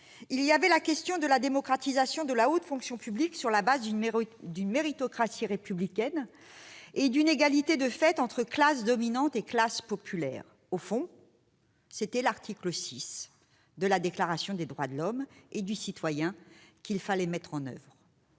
se posait la question de la démocratisation de la haute fonction publique, sur la base d'une méritocratie républicaine et d'une égalité de fait entre classes dominantes et classes populaires. Au fond, c'était l'article VI de la Déclaration des droits de l'homme et du citoyen qu'il s'agissait de mettre en oeuvre.